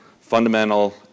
fundamental